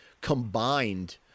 combined